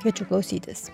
kviečiu klausytis